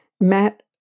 Matt